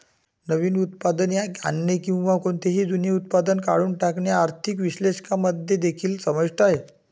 नवीन उत्पादने आणणे किंवा कोणतेही जुने उत्पादन काढून टाकणे आर्थिक विश्लेषकांमध्ये देखील समाविष्ट आहे